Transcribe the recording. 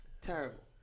Terrible